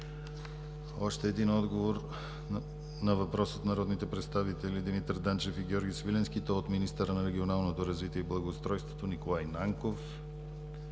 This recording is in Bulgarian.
Още един отговор на въпрос от народните представители Димитър Данчев и Георги Свиленски от министъра на регионалното развитие и благоустройството Николай Нанков.